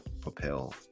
propel